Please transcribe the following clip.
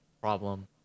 problem